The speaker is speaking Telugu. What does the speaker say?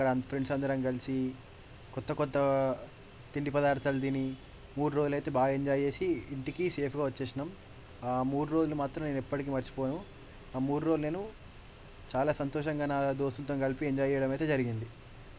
అక్కడ అం ఫ్రెండ్స్ అందరం కలిసి కొత్త కొత్త తిండి పదార్థాలు తిని మూడు రోజులు అయితే బాగా ఎంజాయ్ చేసి ఇంటికి సేఫ్గా వచ్చేసాం ఆ మూడు రోజులు మాత్రం నేను ఎప్పటికీ మర్చిపోను ఆ మూడు రోజులు నేను చాలా సంతోషంగా నా దోస్తులతోని కలిసి ఎంజాయ్ చెయ్యడం అయితే జరిగింది